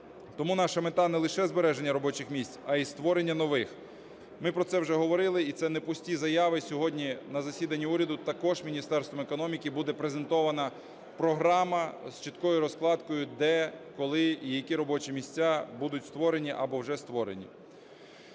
Тому наша мета – не лише збереження робочих місць, а й створення нових. Ми про це вже говорили і це не пусті заяви. Сьогодні на засіданні уряду також Міністерством економіки буде презентована програма з чіткою розкладкою, де, коли і які робочі місця будуть створені або уже створені.